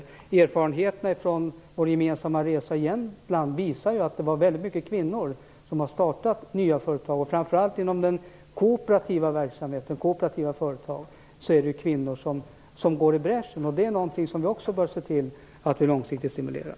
Erfarenheterna från vår gemensamma resa i Jämtland visar att många kvinnor har startat nya företag. Framför allt inom kooperativa företag är det kvinnor som går i bräschen. Det är någonting som vi också bör se till att vi långsiktigt stimulerar.